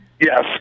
yes